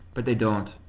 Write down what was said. but they don't.